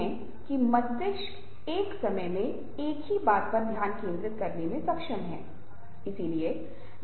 संचार शैली पसंद का विषय है प्रभावी संचारकों ने एक से अधिक शैली का उपयोग करने की क्षमता विकसित की